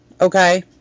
Okay